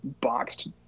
boxed